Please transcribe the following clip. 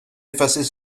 effacées